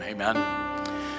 amen